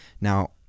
Now